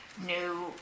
new